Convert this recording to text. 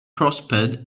prospered